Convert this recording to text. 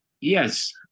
Yes